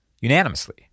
unanimously